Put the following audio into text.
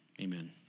amen